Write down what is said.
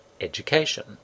education